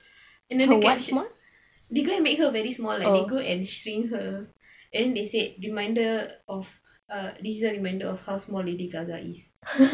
and then the caption they go and make her very small like they go and shrink her and they say reminder of uh this is a reminder of how small lady gaga is